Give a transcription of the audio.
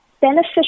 beneficial